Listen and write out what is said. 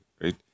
right